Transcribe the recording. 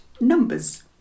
numbers